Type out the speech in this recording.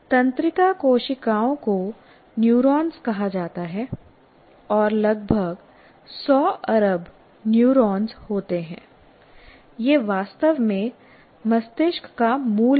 तंत्रिका कोशिकाओं को न्यूरॉन्स कहा जाता है और लगभग 100 अरब न्यूरॉन्स होते हैं यह वास्तव में मस्तिष्क का मूल है